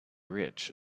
rich